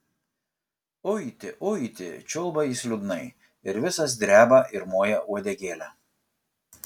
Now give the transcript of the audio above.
uiti uiti čiulba jis liūdnai ir visas dreba ir moja uodegėle